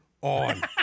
on